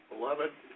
Beloved